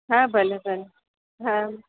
હા ભલે ભલે હા